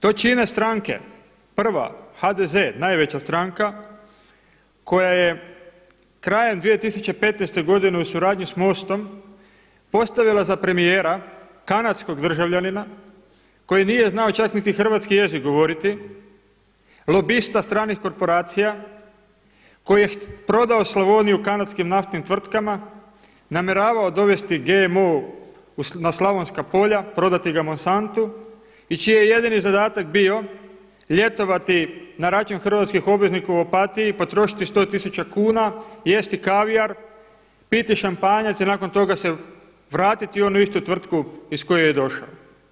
To čine stranke, prva, HDZ najveća stranka koja je krajem 2015. godine u suradnji s MOST-om postavila za premijera kanadskog državljanina koji nije znao čak niti hrvatski jezik govoriti, lobista stranih korporacija, koji je prodao Slavoniju kanadskim naftnim tvrtkama, namjeravao dovesti GMO na slavonska polja, prodati ga Monsantu i čiji je jedini zadatak bio ljetovati na račun hrvatskih obveznika u Opatiji, potrošiti 100 tisuća kuna, jesti kavijar, piti šampanjac i nakon toga se vratiti u onu istu tvrtku iz koje je došao.